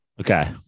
Okay